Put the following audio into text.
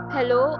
Hello